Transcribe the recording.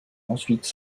ensuite